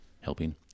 helping